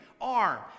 ARM